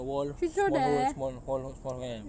the wall small hole small small small ho~ kan